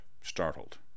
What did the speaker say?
startled